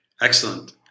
Excellent